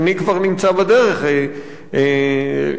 רשת "חמישה נגרים".